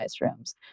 rooms